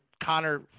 Connor